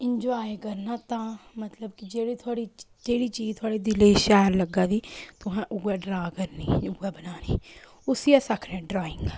enjoy करना तां मतलब कि जेह्ड़ी थुआढ़ी जेह्ड़ी चीज थुआढ़े दिले गी शैल लग्गा दी तुसें उ'ऐ ड्रा करनी उ'ऐ बनानी उसी अस आक्खने आं ड्राइंग